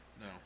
No